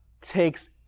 takes